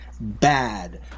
bad